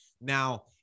Now